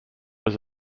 was